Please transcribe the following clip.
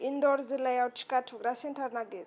इन्द'र जिल्लायाव टिका थुग्रा सेन्टार नागिर